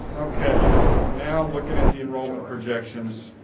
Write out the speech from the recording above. okay now i'm looking at the enrollment projections